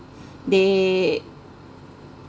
they